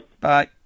Bye